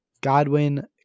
Godwin